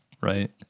Right